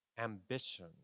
Ambition